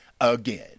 again